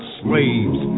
slaves